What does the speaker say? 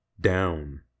Down